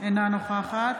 אינה נוכחת